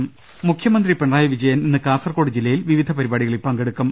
രുട്ടിട്ടുള മുഖ്യമന്ത്രി പിണറായി വിജയൻ ഇന്ന് കാസർകോട് ജില്ലയിൽ വിവിധ പരിപാടികളിൽ പങ്കെടുക്കും